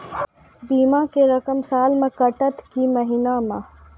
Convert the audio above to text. बीमा के रकम साल मे कटत कि महीना मे?